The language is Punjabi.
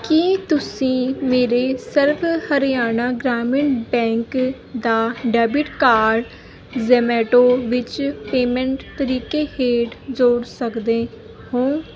ਕੀ ਤੁਸੀਂਂ ਮੇਰੇ ਸਰਵ ਹਰਿਆਣਾ ਗ੍ਰਾਮੀਣ ਬੈਂਕ ਦਾ ਡੈਬਿਟ ਕਾਰਡ ਜ਼ੋਮੈਟੋ ਵਿੱਚ ਪੇਮੈਂਟ ਤਰੀਕੇ ਹੇਠ ਜੋੜ ਸਕਦੇ ਹੋ